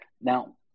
Now